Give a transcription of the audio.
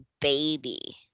Baby